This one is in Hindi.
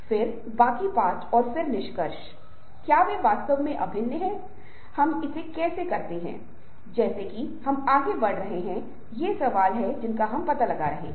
जब हम पावर प्वाइंट प्रेजेंटेशन या किसी भी प्रकार की प्रस्तुतियां मल्टीमीडिया प्रेजेंटेशन बना रहे होते हैं तो हम विजुअल के बारे में बात करेंगे आप में से कुछ एक साथ प्रेजेंटेशन देतेहोंगे कुछ प्रेजेंटेशन भी अपलोड करते होंगे और उन पर कमेंट भी कर सकते हैं